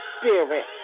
spirit